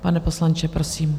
Pane poslanče, prosím.